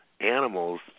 animals